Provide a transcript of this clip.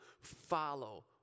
follow